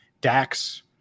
Dax